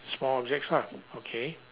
small objects lah okay